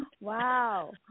Wow